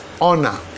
Honor